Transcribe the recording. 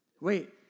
Wait